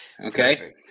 Okay